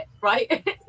right